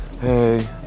hey